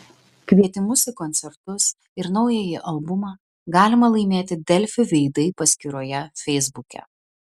kvietimus į koncertus ir naująjį albumą galima laimėti delfi veidai paskyroje feisbuke